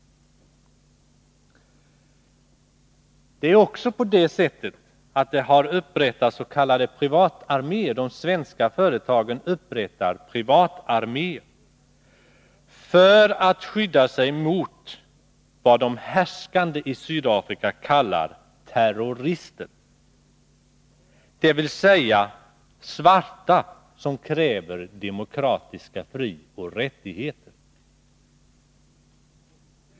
Det är också på det sättet att de svenska företagen upprättar privatarméer för att skydda sig mot vad de härskande i Sydafrika kallar terrorister, dvs. svarta som kräver demokratiska frioch rättigheter.